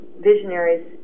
visionaries